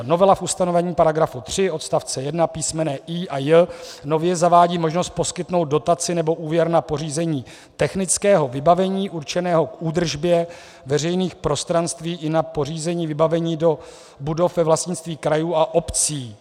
Novela v ustanovení § 3 odst. 1 písm. i) a j) nově zavádí možnost poskytnout dotaci nebo úvěr na pořízení technického vybavení určeného k údržbě veřejných prostranství i na pořízení vybavení do budov ve vlastnictví krajů a obcí.